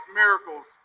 miracles